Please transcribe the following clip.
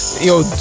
Yo